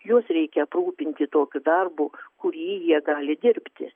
juos reikia aprūpinti tokiu darbu kurį jie gali dirbti